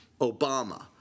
Obama